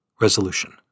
resolution